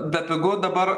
bepigu dabar